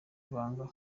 ibanga